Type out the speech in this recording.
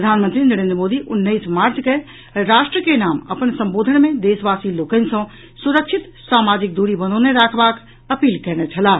प्रधानमंत्री नरेन्द्र मोदी उन्नैस मार्च के राष्ट्र के नाम अपन संबोधन मे देशवासी लोकनि सँ सुरक्षित सामाजिक दूरी बनोने राखबाक अपील कयने छलाह